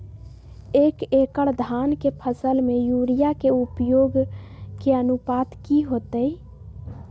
एक एकड़ धान के फसल में यूरिया के उपयोग के अनुपात की होतय?